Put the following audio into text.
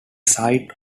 site